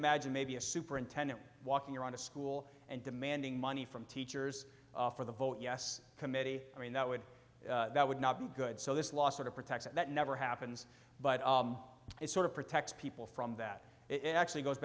imagine maybe a superintendent walking around a school and demanding money from teachers for the vote yes committee i mean that would that would not do good so this last sort of protection that never happens but it sort of protects people from that it actually goes